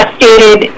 stated